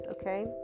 okay